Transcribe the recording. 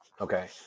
Okay